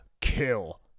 kill